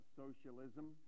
socialism